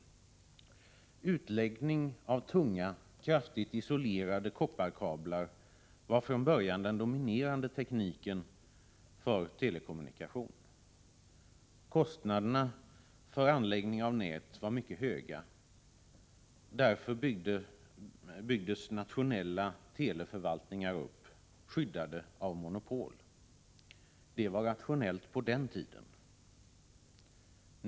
Utläggning av tunga, kraftigt isolerade kopparkablar var från början den dominerande tekniken för telekommunikation. Kostnaderna för anläggning av nät var mycket höga. Därför byggdes nationella teleförvaltningar upp, skyddade av monopol. Det var rationellt på den tiden.